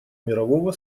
мирового